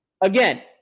Again